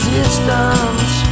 Distance